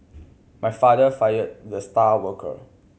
my father fired the star worker